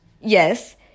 yes